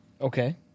Okay